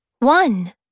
One